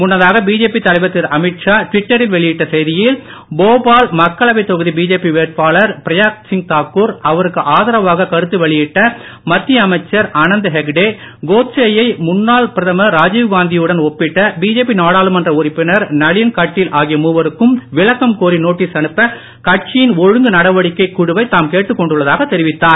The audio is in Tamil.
முன்னதாக பிஜேபி தலைவர் திரு அமித்ஷா ட்விட்டரில் வெளியிட்ட செய்தியில் போபால் மக்களவைத் தொகுதி பிஜேபி வேட்பாளர் பிராக்யாசிங் தாக்கூர் அவருக்கு ஆதரவாக கருத்து வெளியிட்ட மத்திய அமைச்சர் அனந்த் ஹெக்டே கோட்சே யை முன்னாள் பிரதமர் ராஜீவ் காந்தி யுடன் ஒப்பிட்ட பிஜேபி நாடாளுமன்ற உறுப்பினர் நளின் கட்டீல் ஆகிய மூவருக்கும் விளக்கம் கோரி நோட்டீஸ் அனுப்ப கட்சியின் ஒழுங்கு நடவடிக்கைக் குழுவை தாம் கேட்டுக் கொண்டுள்ளதாகத் தெரிவித்தார்